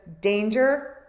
danger